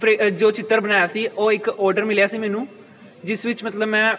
ਪ੍ਰੇ ਜੋ ਚਿੱਤਰ ਬਣਾਇਆ ਸੀ ਉਹ ਇੱਕ ਔਡਰ ਮਿਲਿਆ ਸੀ ਮੈਨੂੰ ਜਿਸ ਵਿੱਚ ਮਤਲਬ ਮੈਂ